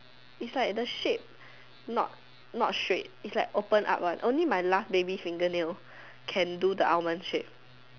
is like the shape not not straight is like open up one only my last baby fingernail can do the almond shape